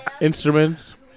Instruments